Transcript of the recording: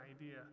idea